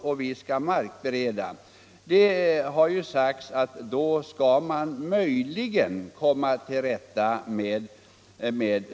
Då kan man möjligen komma till rätta med snytbaggen, 18 mars 1976 har det sagts.